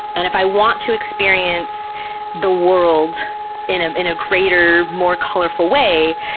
and if i want to experience the world in ah in a greater, more colorful way,